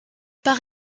par